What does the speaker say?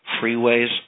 freeways